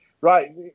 Right